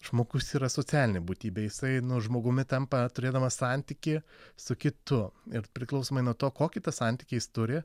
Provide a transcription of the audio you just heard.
žmogus yra socialinė būtybė jisai nu žmogumi tampa turėdamas santykį su kitu ir priklausomai nuo to kokį tą santykį jis turi